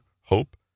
hope